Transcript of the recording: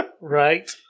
Right